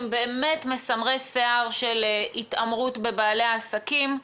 מסמרי שיער של התעמרות בבעלי עסקים.